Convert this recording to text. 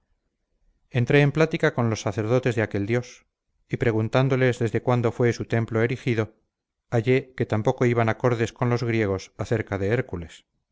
entré en plática con los sacerdotes de aquel dios y preguntándoles desde cuando fue su templo erigido hallé que tampoco iban acordes con los griegos acerca de hércules